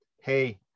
hey